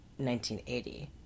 1980